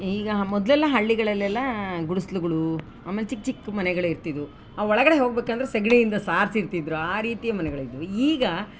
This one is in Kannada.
ಈಗ ಮೊದಲೆಲ್ಲ ಹಳ್ಳಿಗಳಲ್ಲೆಲ್ಲ ಗುಡಿಸ್ಲುಗಳು ಆಮೇಲೆ ಚಿಕ್ಕ ಚಿಕ್ಕ ಮನೆಗಳೇ ಇರ್ತಿದ್ವು ಒಳಗಡೆ ಹೋಗ್ಬೇಕ್ ಅಂದರೆ ಸಗ್ಣಿ ಇಂದ ಸಾರಿಸಿ ಇರ್ತಿದ್ರು ಆ ರೀತಿಯ ಮನೆಗಳಿದ್ವು ಈಗ